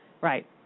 Right